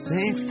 Six